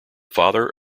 father